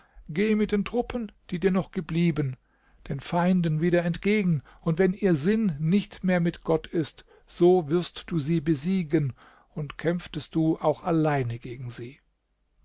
geh mit den truppen die dir noch geblieben den feinden wieder entgegen und wenn ihr sinn nicht mehr mit gott ist so wirst du sie besiegen und kämpftest du auch allein gegen sie